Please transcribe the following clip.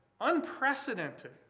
unprecedented